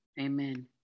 Amen